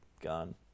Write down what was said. gone